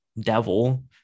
devil